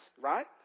right